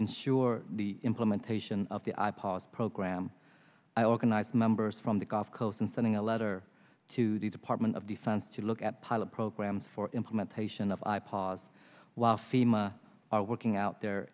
ensure the implementation of the i pod's program i organize members from the gulf coast and sending a letter to the department of defense to look at pilot programs for implementation of i pause while fema are working out the